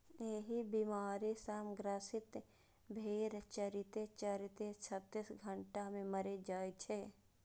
एहि बीमारी सं ग्रसित भेड़ चरिते चरिते छत्तीस घंटा मे मरि जाइ छै